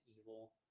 evil